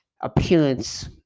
appearance